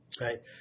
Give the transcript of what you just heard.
right